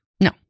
No